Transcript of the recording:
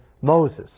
Moses